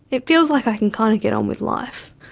it feels like i can kind of get on with life,